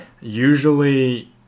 Usually